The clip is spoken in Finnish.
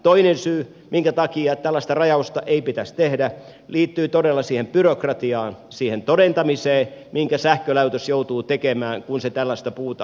toinen syy minkä takia tällaista rajausta ei pitäisi tehdä liittyy todella siihen byrokratiaan siihen todentamiseen minkä sähkölaitos joutuu tekemään kun se tällaista puuta ottaa